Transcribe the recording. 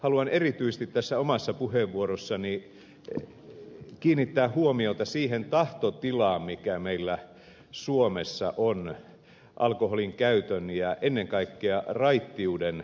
haluan erityisesti tässä omassa puheenvuorossani kiinnittää huomiota siihen tahtotilaan mikä meillä suomessa on alkoholinkäytön ja ennen kaikkea raittiuden näkökulmasta